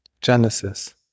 Genesis